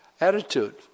attitude